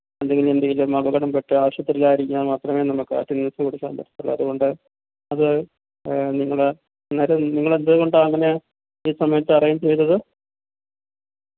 അല്ലെങ്കിലെന്തെങ്കിലും അപകടം പറ്റുക ആശുപത്രിയിലായിരുന്നാൽ മാത്രമേ നമുക്ക് അറ്റൻ്റൻസ്സ് കൊടുക്കാൻ പറ്റത്തുള്ളു അതു കൊണ്ട് അത് നിങ്ങൾ അന്നേരം നിങ്ങളെന്തു കൊണ്ടാണ് അങ്ങനെ ഈ സമയത്ത് അറേയ്ഞ്ച് ചെയ്തത്